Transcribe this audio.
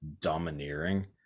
domineering